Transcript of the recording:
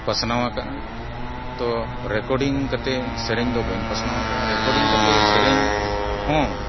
ᱯᱟᱥᱱᱟᱣ ᱟᱠᱟᱫᱼᱟ ᱛᱚ ᱨᱮᱠᱚᱨᱰᱤᱝ ᱠᱟᱛᱮ ᱥᱮᱨᱮᱧ ᱫᱚ ᱵᱟᱹᱧ ᱯᱟᱥᱱᱟᱣ ᱟᱠᱟᱫᱼᱟ ᱨᱮᱠᱚᱨᱰᱤᱝ ᱠᱟᱛᱮ ᱥᱮᱨᱮᱧ ᱦᱚᱸ